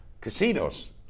casinos